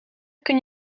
kan